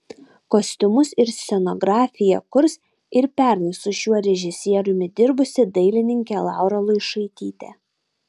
kostiumus ir scenografiją kurs ir pernai su šiuo režisieriumi dirbusi dailininkė laura luišaitytė